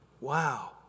Wow